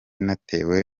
natewe